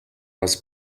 was